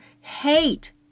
hate